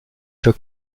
für